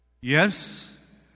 Yes